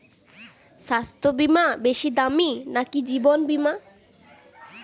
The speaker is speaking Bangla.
স্বাস্থ্য বীমা বেশী দামী নাকি জীবন বীমা?